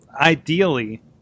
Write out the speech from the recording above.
ideally